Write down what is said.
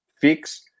fix